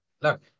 Look